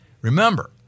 Remember